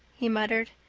he muttered,